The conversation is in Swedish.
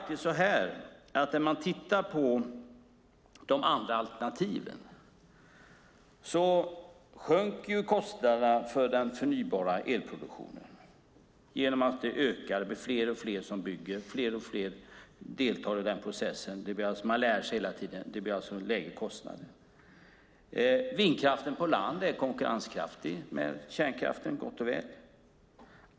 Tittar man på de andra alternativen sjunker kostnaden för den förnybara elproduktionen genom att fler och fler bygger och fler och fler deltar i processen; man lär sig hela tiden, och det blir en lägre kostnad. Vindkraften på land är konkurrenskraftig med kärnkraften.